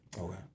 Okay